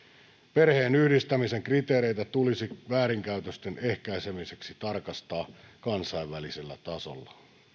perheenyhdistämisen kriteereitä tulisi väärinkäytösten ehkäisemiseksi tarkastaa kansainvälisellä tasolla